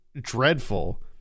dreadful